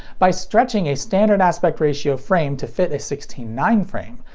by stretching a standard aspect ratio frame to fit a sixteen nine frame,